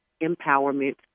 Empowerment